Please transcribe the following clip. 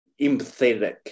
empathetic